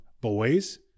boys